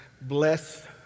bless